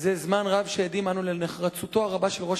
זה זמן רב עדים אנו לנחרצותו הרבה של ראש